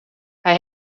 hij